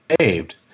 saved